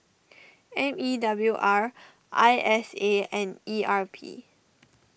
M E W R I S A and E R P